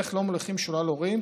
ואיך לא מוליכים שולל הורים,